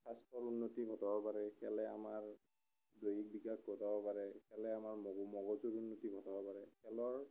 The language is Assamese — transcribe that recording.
স্বাস্থ্যৰ উন্নতি ঘটাব পাৰে খেলে আমাৰ দৈহিক বিকাশ ঘটাব পাৰে খেলে আমাৰ মগ মগজুৰ উন্নতি ঘটাব পাৰে খেলৰ